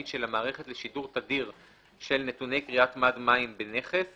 של המערכת ושידור תדיר של נתוני קריאת מד מים בנכס,